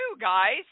guys